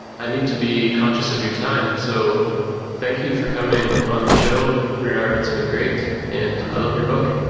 i need to be conscious of your time. so thank you for coming on the show runar. it's been great, and i love your book.